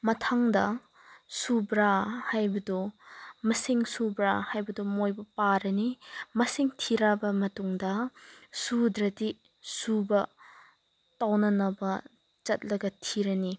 ꯃꯊꯪꯗ ꯁꯨꯕ꯭ꯔꯥ ꯍꯥꯏꯕꯗꯨ ꯃꯁꯤꯡ ꯁꯨꯕ꯭ꯔꯥ ꯍꯥꯏꯕꯗꯨ ꯃꯣꯏꯕꯨ ꯄꯥꯔꯅꯤ ꯃꯁꯤꯡ ꯊꯤꯔꯕ ꯃꯇꯨꯡꯗ ꯁꯨꯗ꯭ꯔꯗꯤ ꯁꯨꯕ ꯇꯧꯅꯅꯕ ꯆꯠꯂꯒ ꯊꯤꯔꯅꯤ